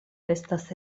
estas